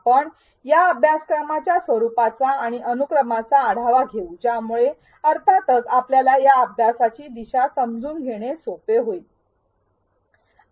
आपण या अभ्यासक्रमाच्या स्वरुपाचा आणि अनुक्रमाचा आढावा घेऊ ज्यामुळे अर्थातच आपल्याला या अभ्यासाची दिशा समजून घेणे सोपे होईल